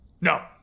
No